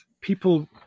people